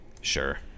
Sure